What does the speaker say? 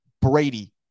Brady